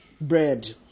bread